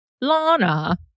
Lana